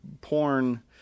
porn